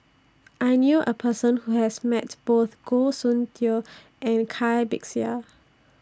I knew A Person Who has Met Both Goh Soon Tioe and Kai Bixia